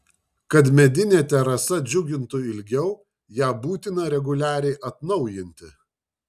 kad medinė terasa džiugintų ilgiau ją būtina reguliariai atnaujinti